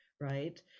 Right